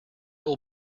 will